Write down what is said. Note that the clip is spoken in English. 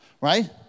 right